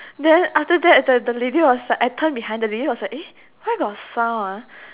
then after that the the lady was like I turned behind the lady was like eh why got sound ah